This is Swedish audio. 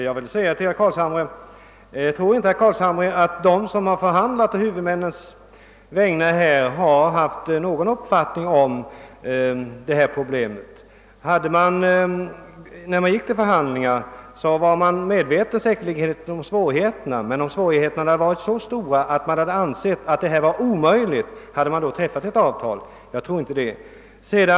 Herr talman! Tror inte herr Carlshamre att de som har förhandlat å huvudmännens vägnar har uppfattat problemen? De var säkerligen medvetna om svårigheterna, men hade de träffat något avtal om de hade ansett det omöjligt att genomföra reformen den 1 januari? Jag tror inte det.